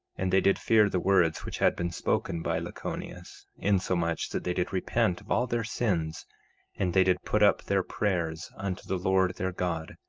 and they did fear the words which had been spoken by lachoneus, insomuch that they did repent of all their sins and they did put up their prayers unto the lord their god,